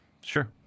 Sure